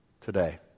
today